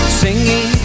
singing